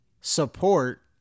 support